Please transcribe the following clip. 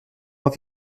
auf